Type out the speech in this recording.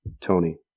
Tony